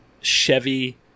Chevy